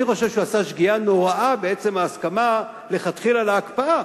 אני חושב שהוא עשה שגיאה נוראה בעצם ההסכמה לכתחילה להקפאה.